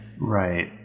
Right